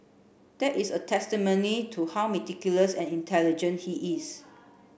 that is a testimony to how meticulous and intelligent he is